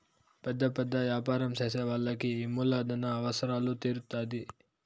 పెద్ద పెద్ద యాపారం చేసే వాళ్ళకి ఈ మూలధన అవసరాలు తీరుత్తాధి